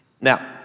Now